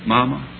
Mama